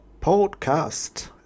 podcast